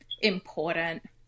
important